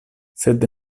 sed